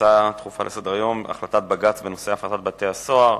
הצעות דחופות לסדר-היום: החלטת בג"ץ בנושא הפרטת בתי-הסוהר,